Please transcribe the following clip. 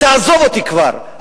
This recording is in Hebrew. תעזוב אותי כבר,